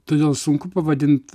todėl sunku pavadint